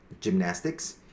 gymnastics